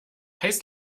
heiß